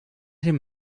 him